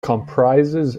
comprises